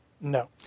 No